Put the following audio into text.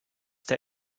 der